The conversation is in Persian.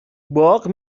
باغ